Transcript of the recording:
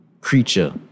creature